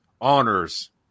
honors